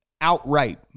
outright